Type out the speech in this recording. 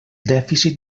dèficit